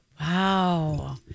Wow